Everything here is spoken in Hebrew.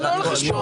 זה לא על חשבון.